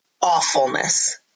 awfulness